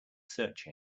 search